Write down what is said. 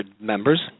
members